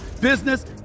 business